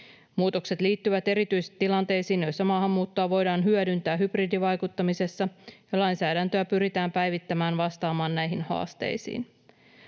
Muutokset liittyvät erityistilanteisiin, joissa maahanmuuttoa voidaan hyödyntää hybridivaikuttamisessa, ja lainsäädäntöä pyritään päivittämään vastaamaan näihin haasteisiin.